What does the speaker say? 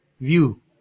view